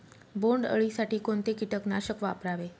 बोंडअळी साठी कोणते किटकनाशक वापरावे?